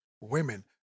women